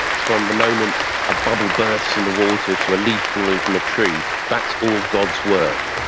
from the moment a bubble bursts in the water to a leaf falling from a tree, that's all god's work.